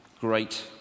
great